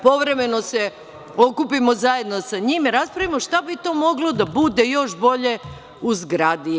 Povremeno se okupimo zajedno sa njima i raspravimo šta bi to moglo da bude još bolje u zgradi.